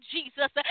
Jesus